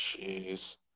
Jeez